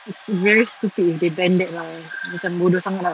it's very stupid if they ban that lah macam bodoh sangat lah